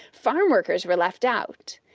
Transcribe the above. farmworkers were left out.